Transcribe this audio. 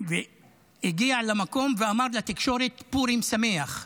הגיע למקום ואמר לתקשורת: פורים שמח.